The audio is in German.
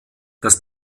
das